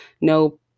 no